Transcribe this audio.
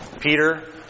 Peter